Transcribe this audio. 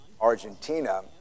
Argentina